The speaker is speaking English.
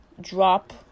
drop